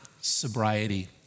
sobriety